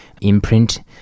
imprint